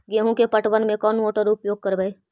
गेंहू के पटवन में कौन मोटर उपयोग करवय?